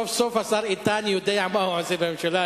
סוף-סוף השר איתן יודע מה הוא עושה בממשלה,